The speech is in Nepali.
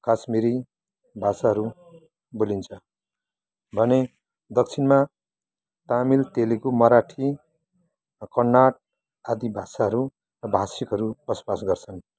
काशमिरी भाषाहरू बोलिन्छ भने दक्षिणमा तामिल तेलेगु मराठी कन्नड आदि भाषाहरू भाषिकहरू बसोबास गर्छन्